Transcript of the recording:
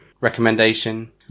recommendation